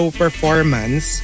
performance